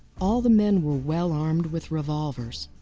all the men were well armed with revolvers,